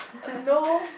no